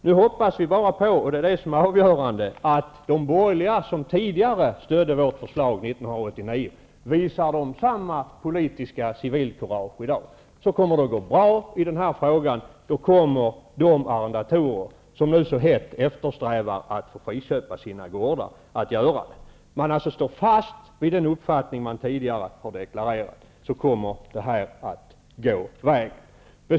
Vi hoppas bara på -- och det är det avgörande -- att de borgerliga som stödde vårt förslag 1989 visar samma politiska civilkurage i dag. Då kommer det att gå bra, och de arrendatorer som i dag så hett eftersträvar att få friköpa sina gårdar kommer att få göra det. Om man står fast vid den uppfattning som man tidigare har deklarerat, kommer det här att gå vägen.